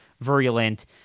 virulent